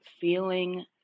feeling